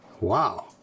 Wow